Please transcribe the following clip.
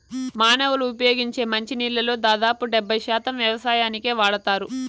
మానవులు ఉపయోగించే మంచి నీళ్ళల్లో దాదాపు డెబ్బై శాతం వ్యవసాయానికే వాడతారు